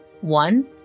one